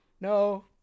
No